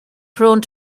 prone